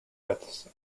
widths